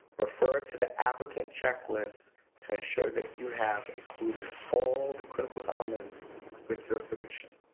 refer to the applicant checklist to ensure that you have included all the critical elements with your submission.